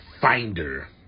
finder